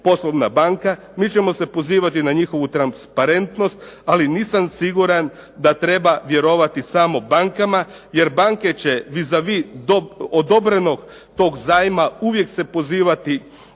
poslovna banka, mi ćemo se pozivati na njihovu transparentnost ali nisam siguran da treba vjerovati samo bankama, jer banke će vis a vis odobrenog tog zajma uvijek se pozivati